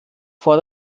vor